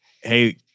hey